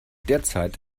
derzeit